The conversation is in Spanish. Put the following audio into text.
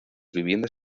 viviendas